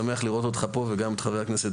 אני שמח לראות אותך פה וגם את חבר הכנסת דוידסון.